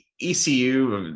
ECU